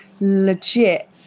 legit